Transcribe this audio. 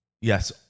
Yes